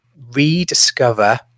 rediscover